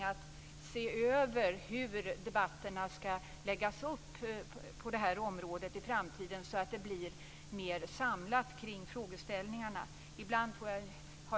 Fru talman!